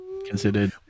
Considered